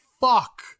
Fuck